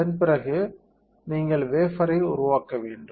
அதன் பிறகு நீங்கள் வேஃபர்ரை உருவாக்க வேண்டும்